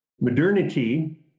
Modernity